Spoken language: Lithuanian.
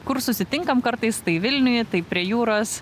kur susitinkam kartais tai vilniuj tai prie jūros